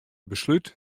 beslút